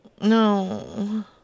No